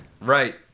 Right